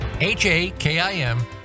H-A-K-I-M